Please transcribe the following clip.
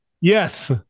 Yes